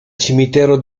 cimitero